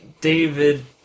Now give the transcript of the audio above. David